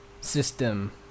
system